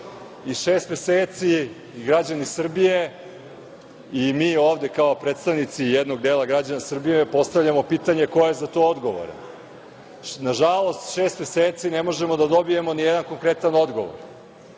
Šest meseci građani Srbije i mi ovde kao predstavnici jednog dela građana Srbije postavljamo pitanje - ko je za to odgovoran? Nažalost, šest meseci ne možemo da dobijemo ni jedan konkretan odgovor. Ono